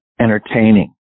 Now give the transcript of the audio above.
entertaining